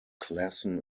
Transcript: klassen